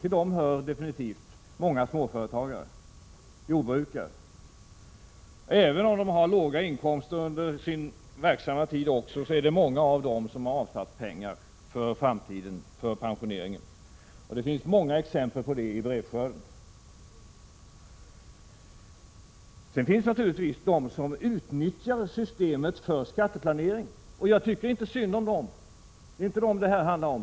Till dem hör definitivt många småföretagare och jordbrukare. Även om dessa människor har låga inkomster under sin verksamma tid, är det många av dem som har avsatt pengar för framtiden, för pensioneringen. Av brevskörden att döma finns det många exempel på det. Sedan finns det naturligtvis också de som utnyttjar systemet för skatteplanering och dem tycker jag inte synd om. Det är inte dem som det här handlar om.